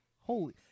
Holy